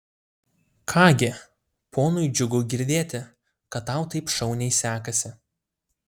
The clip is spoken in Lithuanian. ką gi ponui džiugu girdėti kad tau taip šauniai sekasi